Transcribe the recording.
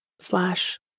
Slash